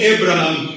Abraham